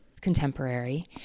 Contemporary